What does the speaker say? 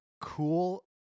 cool